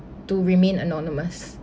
to remain anonymous